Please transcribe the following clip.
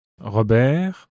Robert